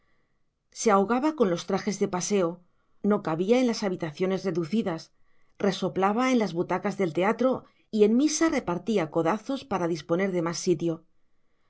se ahogaba con los trajes de paseo no cabía en las habitaciones reducidas resoplaba en las butacas del teatro y en misa repartía codazos para disponer de más sitio